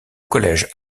collège